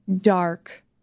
dark